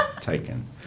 taken